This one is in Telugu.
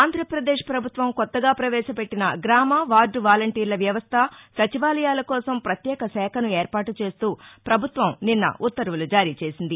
ఆంధ్రాప్రదేశ్ పభుత్వం కొత్తగా ప్రవేశపెట్టిన గ్రామ వార్దు వాలంటీర్ల వ్యవస్ట సచివాలయాల కోసం ప్రత్యేక శాఖను ఏర్పాటు చేస్తూ ప్రభుత్వం నిన్న ఉత్తర్వులు జారీ చేసింది